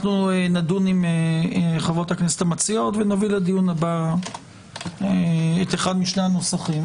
נדון עם חברות הכנסת המציעות ונביא לדיון הבא את אחד משני הנוסחים.